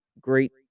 great